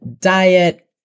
diet